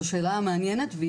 זו שאלה מעניינת.